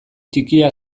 ttikia